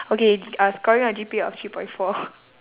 okay uh scoring a G_P_A of three point four